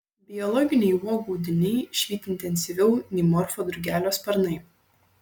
biologiniai uogų audiniai švyti intensyviau nei morfo drugelio sparnai